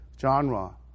genre